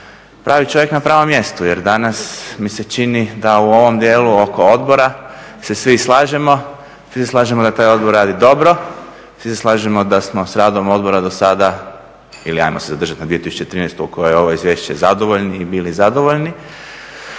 pravi čovjek na pravom mjestu jer danas mi se čini da u ovom dijelu oko odbora se svi slažemo, svi se slažemo da taj odbor radi dobro, svi se slažemo da smo s radom odbora do sada ili ajmo se zadržat na 2013. koje je ovo izvješće zadovoljni, bili zadovoljni.